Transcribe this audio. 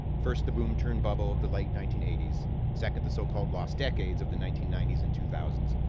first, the boom-turned-bubble of the late nineteen eighty s. second, the so-called lost decades of the nineteen ninety s and two thousand